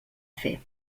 fer